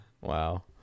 Wow